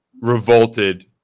revolted